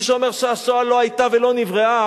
מי שאומר שהשואה לא היתה ולא נבראה,